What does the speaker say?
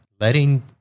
letting